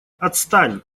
отстань